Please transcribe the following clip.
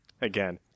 again